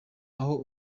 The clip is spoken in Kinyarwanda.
aho